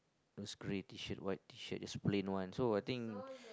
those grey T-shirt white T-shirt just plain one so I think